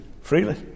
freely